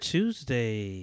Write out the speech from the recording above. Tuesday